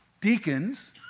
deacons